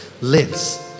lives